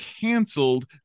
canceled